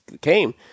came